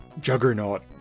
juggernaut